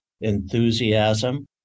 enthusiasm